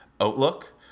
outlook